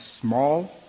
small